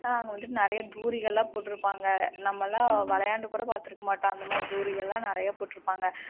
அங்கே வந்து நிறையா தூரிகைல்லாம் போட்டிருப்பாங்க நம்மல்லாம் விளையாண்டு கூட பாத்திருக்க மாட்டோம் அந்தமாதிரி தூரிகைல்லாம் நிறையா போட்டிருப்பாங்க